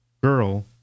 girl